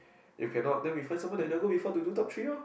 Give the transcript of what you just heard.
if cannot then we find someone that never go before to do top three lor